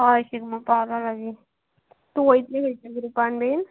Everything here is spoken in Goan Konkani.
हय शिगमो पावला लागी तूं वयतलें खंयचे ग्रुपान बीन